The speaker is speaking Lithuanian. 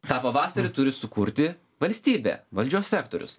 tą pavasarį turi sukurti valstybė valdžios sektorius